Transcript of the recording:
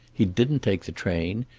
he didn't take the train.